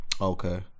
Okay